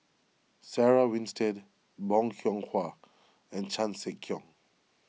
Sarah Winstedt Bong Hiong Hwa and Chan Sek Keong